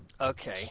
Okay